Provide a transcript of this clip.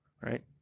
Right